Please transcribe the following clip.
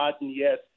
yes